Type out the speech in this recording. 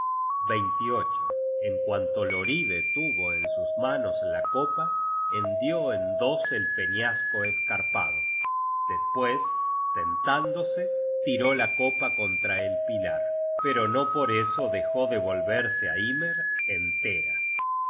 copa en cuanto hloride tuvo en sus manos la copa hendió en dos el peñasco escarpado despues sentándose tiró la copa contra el pilar pero no por eso dejó de volverse á hymer entera